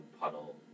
puddle